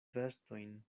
vestojn